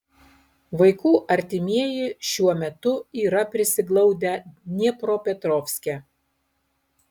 vaikų artimieji šiuo metu yra prisiglaudę dniepropetrovske